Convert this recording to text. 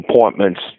appointments